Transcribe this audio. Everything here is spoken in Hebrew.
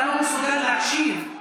אתה לא מסוגל להקשיב.